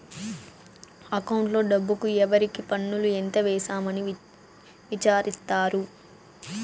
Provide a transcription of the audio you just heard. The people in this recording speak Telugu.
అకౌంట్లో డబ్బుకు ఎవరికి పన్నులు ఎంత వేసాము అని విచారిత్తారు